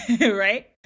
right